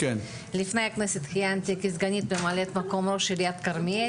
לפני הכנסת כיהנתי כסגנית ומ"מ ראש העיר של עיריית כרמיאל,